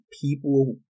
people